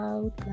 Out